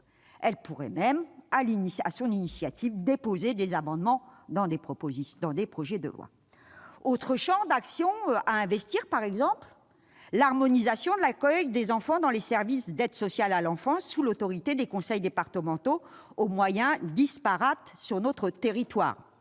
Elle pourrait même, de sa propre initiative, déposer des amendements dans les différents projets de loi. Un autre champ d'action à investir pourrait être l'harmonisation de l'accueil des enfants dans les services d'aide sociale à l'enfance, laquelle est placée sous l'autorité des conseils départementaux, aux moyens disparates sur notre territoire,